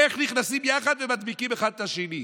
איך נכנסים יחד ומדביקים אחד את השני.